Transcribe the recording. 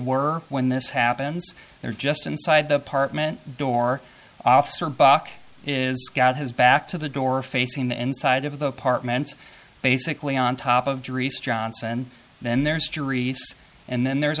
were when this happens they're just inside the apartment door officer buck is got his back to the door facing the inside of the apartments basically on top of grease johnson and then there's jury and then there's